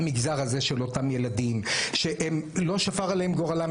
המגזר הזה של אותם ילדים שלא שפר עליהם גורלם,